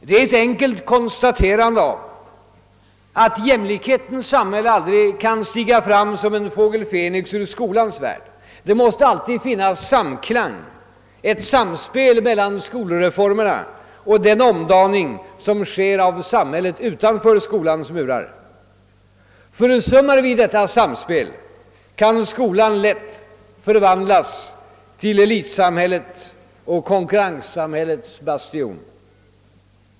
Det är ett enkelt konstaterande av att jämlikhetens samhälle aldrig kan stiga fram som en fågel Fenix ur skolans värld. Det måste alltid finnas samklang, ett samspel mellan skolreformerna och den omdaning som sker av samhället utanför skolans murar. Försummar vi detta samspel kan skolan lätt förvandlas till elitsamhällets och konkurrenssamhällets bastion.